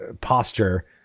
posture